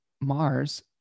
Mars